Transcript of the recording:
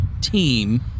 team